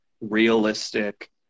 realistic